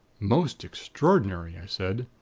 most extraordinary i said,